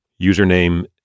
Username